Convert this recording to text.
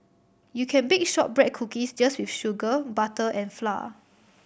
you can bake shortbread cookies just with sugar butter and flour